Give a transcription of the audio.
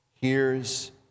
hears